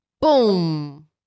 boom